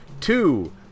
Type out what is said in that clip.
Two